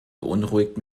beunruhigt